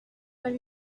vingt